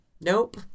nope